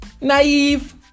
Naive